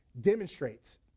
demonstrates